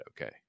Okay